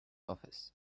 office